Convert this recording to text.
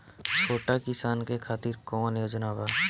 छोटा किसान के खातिर कवन योजना बा?